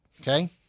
okay